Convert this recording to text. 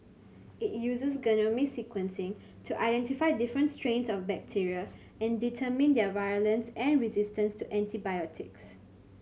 it uses genome sequencing to identify different strains of bacteria and determine their virulence and resistance to antibiotics